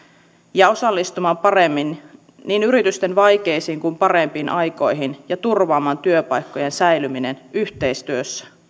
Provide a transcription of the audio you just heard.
ja osallistumaan paremmin niin yritysten vaikeampiin kuin parempiin aikoihin ja turvaamaan työpaikkojen säilyminen yhteistyössä